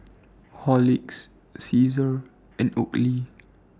Horlicks Cesar and Oakley